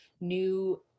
new